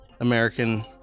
American